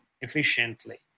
efficiently